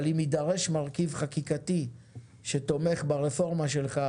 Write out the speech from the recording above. אבל אם ידרש מרכיב חקיקתי שתומך ברפורמה שלך,